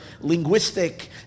linguistic